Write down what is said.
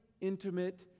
intimate